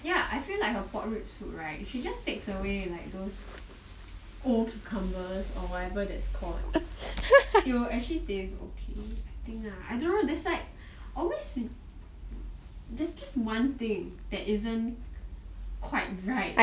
ya I feel like her pork ribs right she just takes away like those old cucumbers or whatever that's called it will actually taste okay I don't know there's like always there's this one thing that's isn't quite right